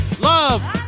Love